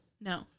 No